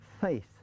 faith